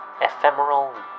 Ephemeral